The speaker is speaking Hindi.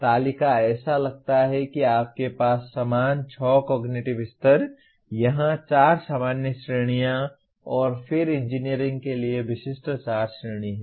तालिका ऐसा लगता है कि आपके पास समान 6 कॉग्निटिव स्तर यहां 4 सामान्य श्रेणियां और फिर इंजीनियरिंग के लिए विशिष्ट 4 श्रेणी हैं